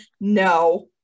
No